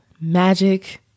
magic